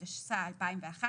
התשס"א-2001,